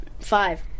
five